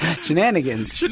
shenanigans